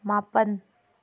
ꯃꯥꯄꯟ